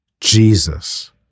Jesus